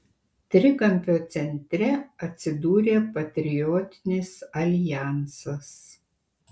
trikampio centre atsidūrė patriotinis aljansas